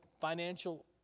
financial